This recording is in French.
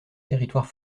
territoire